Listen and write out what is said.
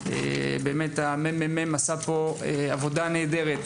הממ"מ עשה פה עבודה נהדרת,